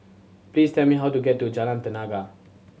please tell me how to get to Jalan Tenaga